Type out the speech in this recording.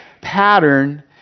pattern